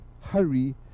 hurry